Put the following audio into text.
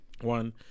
One